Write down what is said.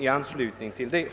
Med detta